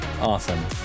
Awesome